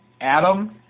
Adam